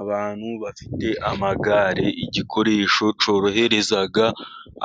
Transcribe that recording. Abantu bafite amagare, igikoresho cyoroherezaga